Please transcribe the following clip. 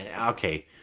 Okay